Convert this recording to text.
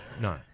No